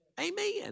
Amen